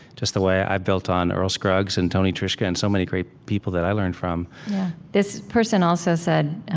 just the way i've built on earl scruggs and tony trischka and so many great people that i learned from this person also said,